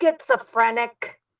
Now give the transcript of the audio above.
schizophrenic